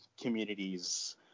communities